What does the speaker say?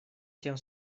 тем